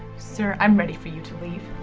sir, i'm ready for you to leave.